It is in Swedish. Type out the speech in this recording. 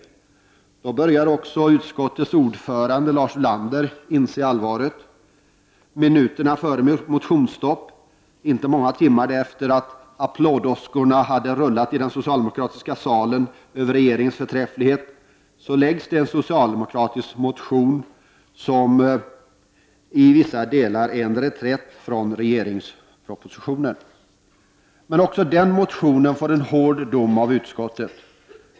Då började också utskottets ordförande Lars Ulander inse allvaret. Minuterna före motionsstopp, inte många timmar efter det att applådåskorna rullat i den socialdemokratiska salen över regeringens förträfflighet, väcks en socialdemokratisk motion som i vissa delar är en reträtt från regeringspropositionen. Men också den motionen får en hård dom av utskottet.